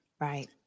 Right